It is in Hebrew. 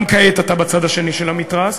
גם כעת אתה בצד השני של המתרס,